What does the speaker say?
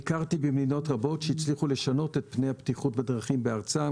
ביקרתי במדינות רבות שהצליחו לשנות את פני הבטיחות בדרכים בארצם,